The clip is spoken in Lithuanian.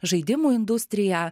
žaidimų industrija